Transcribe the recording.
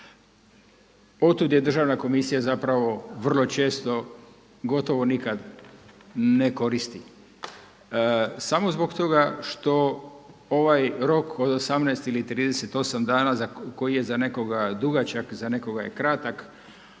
tud je Državna komisija zapravo vrlo često gotovo nikad ne koristi samo zbog toga što ovaj rok od 18 ili 38 dana koji je za nekoga dugačak, za nekoga je kratak